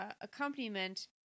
accompaniment